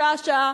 שעה-שעה,